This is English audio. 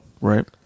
Right